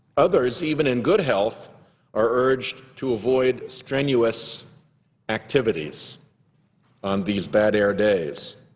others even in good health are urged to avoid strenuous activities on these bad air days.